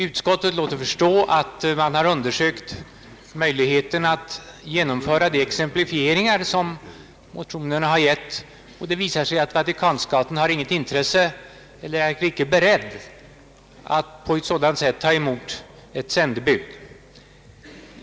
Utskottet låter förstå att det har undersökt möjligheterna att genomföra de exemplifieringar som i motionerna har givits, och det har visat sig att Vatikanstaten inte har något intresse av eller inte är beredd att på det sättet ta emot ett sändebud.